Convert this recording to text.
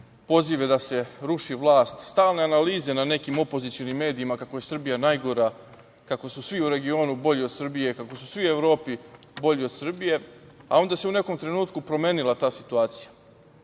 pozive da se ruši vlast, stalne analize na nekim opozicionim medijima kako je Srbija najgora, kako su svi u regionu bolji od Srbije, kako su svi u Evropi bolji od Srbije, a onda se u nekom trenutku promenila ta situacija.